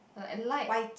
like light